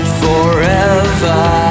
forever